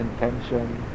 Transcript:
intention